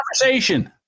conversation